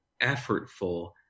effortful